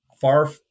far